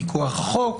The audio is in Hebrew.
מכוח החוק,